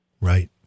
Right